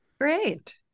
great